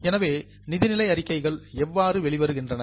எனவே நிதிநிலை அறிக்கைகள் எவ்வாறு வெளிவருகின்றன